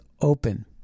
open